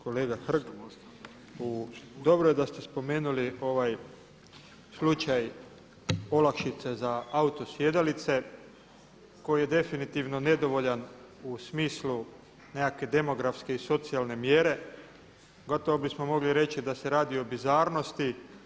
Kolega Hrg, dobro je da ste spomenuli ovaj slučaj olakšice za auto sjedalice koji je definitivno nedovoljan u smislu nekakve demografske i socijalne mjere, gotovo bismo mogli reći da se radi o bizarnosti.